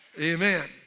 Amen